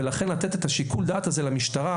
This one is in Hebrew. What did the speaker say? לכן לתת את שיקול הדעת הזה למשטרה,